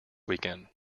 weekend